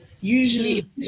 usually